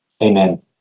Amen